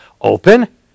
Open